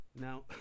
Now